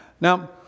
Now